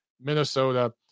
Minnesota